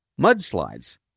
mudslides